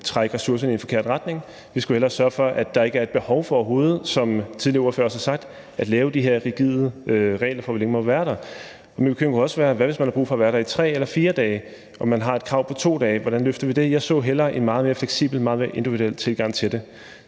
forkert retning. Vi skulle hellere sørge for, at der overhovedet ikke er behov for – som tidligere ordførere også har sagt – at lave de her rigide regler for, hvor længe de må være der. Min bekymring kunne også være, i forhold til hvis man har brug for at være der i 3 eller 4 dage og man har et krav på 2 dage. Hvordan løser vi det? Jeg så hellere en meget mere fleksibel, meget mere individuel tilgang til